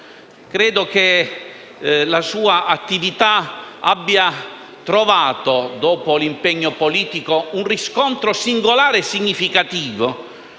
Credo che la sua attività abbia trovato, dopo l'impegno politico, un riscontro singolare e significativo